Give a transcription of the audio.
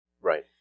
Right